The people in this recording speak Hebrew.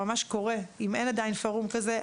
אם אין עדיין פורום כזה,